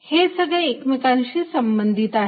हे सगळे एकमेकांशी संबंधित आहेत